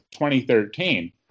2013